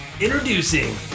Introducing